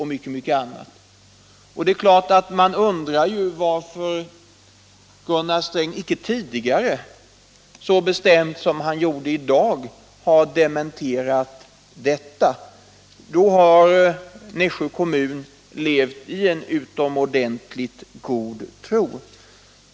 Man undrar varför Gunnar Sträng icke tidigare så bestämt som i dag har dementerat detta. Man måste säga att Nässjö kommun levt i en utomordentligt god tro.